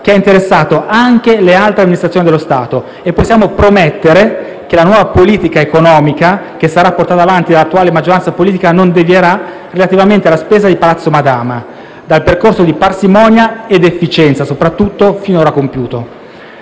che ha interessato anche le altre amministrazioni dello Stato e possiamo promettere che la nuova politica economica che sarà portata avanti dall'attuale maggioranza politica non devierà, relativamente alla spesa di Palazzo Madama, dal percorso di parsimonia e - soprattutto - efficienza finora compiuto.